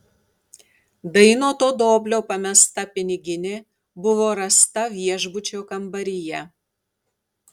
dainoto doblio pamesta piniginė buvo rasta viešbučio kambaryje